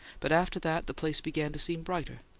but after that the place began to seem brighter.